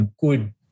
good